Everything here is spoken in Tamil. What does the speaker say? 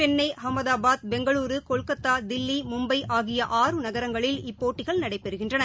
சென்னை அகமதாபாத் பெங்களூரூ கொல்கத்தா தில்லி மும்பைஆகிய ஆறு நகரங்களில் இப்போட்டிகள் நடைபெறுகின்றன